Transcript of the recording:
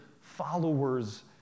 followers